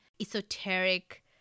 esoteric